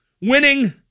Winning